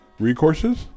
recourses